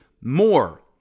more